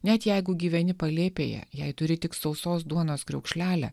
net jeigu gyveni palėpėje jei turi tik sausos duonos kriaukšlelę